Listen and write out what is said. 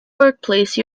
workplace